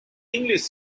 english